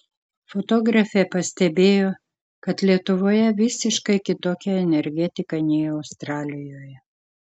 fotografė pastebėjo kad lietuvoje visiškai kitokia energetika nei australijoje